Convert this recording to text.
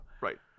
Right